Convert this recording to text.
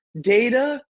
data